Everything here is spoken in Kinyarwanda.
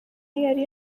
yari